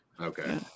Okay